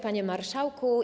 Panie Marszałku!